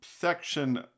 section